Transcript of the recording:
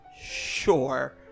Sure